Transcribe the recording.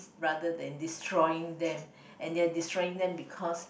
rather than destroying them and they are destroying them because